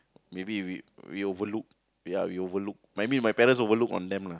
maybe we we overlook ya we overlook maybe my parents overlook on them lah